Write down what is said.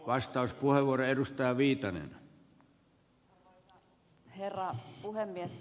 arvoisa herra puhemies